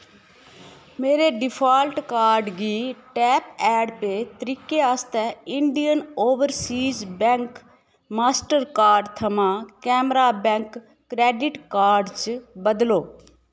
मेरे default card गी tap and pay तरीके आस्तै Indian Overseas Bank Mastercard थमां केनरा बैंक क्रैडिट कार्ड च बदलो